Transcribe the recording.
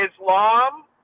Islam